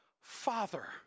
Father